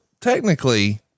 technically